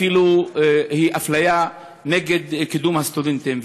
והיא אפילו אפליה, נגד קידום הסטודנטים.